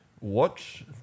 Watch